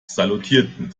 salutierten